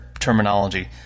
terminology